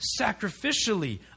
sacrificially